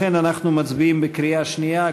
לכן אנחנו מצביעים בקריאה שנייה,